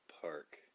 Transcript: Park